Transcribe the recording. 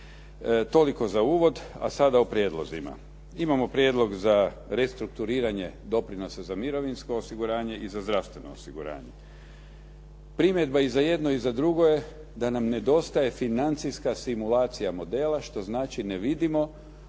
Toliko za uvod, a sada o prijedlozima. Imamo prijedlog za restrukturiranje doprinosa za mirovinsko osiguranje i za zdravstveno osiguranje. Primjedba i za jedno i za drugo je da nam nedostaje financijska simulacija modela, što znači ne vidimo